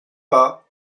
pas